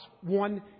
One